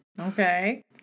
Okay